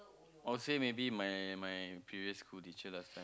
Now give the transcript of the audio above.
or say maybe my my my previous school teachers